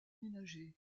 ménagers